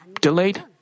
delayed